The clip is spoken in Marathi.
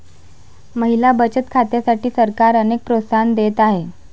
महिला बचत खात्यांसाठी सरकार अनेक प्रोत्साहन देत आहे